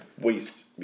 waste